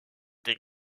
des